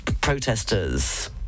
protesters